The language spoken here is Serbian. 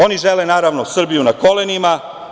Oni žele, naravno, Srbiju na kolenima.